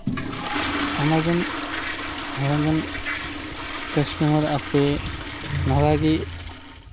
Amazon Amazon customer ᱟᱯᱮ ᱱᱚᱝᱠᱟ ᱜᱮ